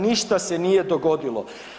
Ništa se nije dogodilo.